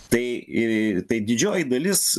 tai tai didžioji dalis